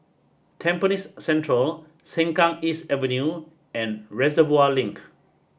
Tampines Central Sengkang East Avenue and Reservoir Link